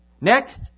Next